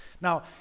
Now